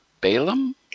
Balaam